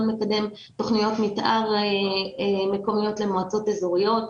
מקדם תכניות מתאר מקומיות למועצות אזוריות,